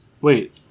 Wait